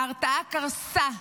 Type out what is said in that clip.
ההרתעה קרסה,